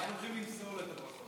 אנחנו הולכים למסור לו את הברכות.